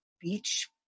beach